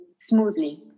smoothly